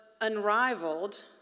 unrivaled